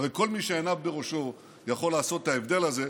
הרי כל מי שעיניו בראשו יכול לעשות את ההבדל הזה.